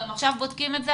עכשיו בודקים את זה.